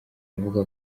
avuga